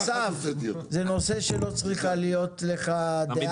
אסף, זה נושא שלא צריכה להיות לך דעה.